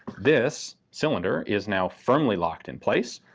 this cylinder is now firmly locked in place,